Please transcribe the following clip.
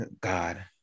God